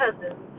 cousins